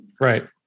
Right